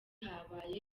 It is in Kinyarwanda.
habaye